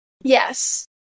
Yes